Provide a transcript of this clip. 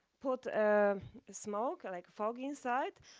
put smoke, like fog, inside.